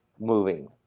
moving